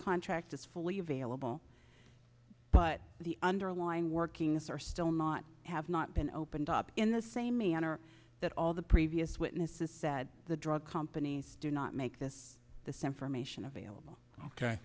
contract is fully available but the underlying workings are still not have not been opened up in the same manner that all the previous witnesses said the drug companies do not make this the stem from ation available